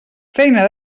feina